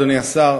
אדוני השר,